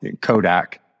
Kodak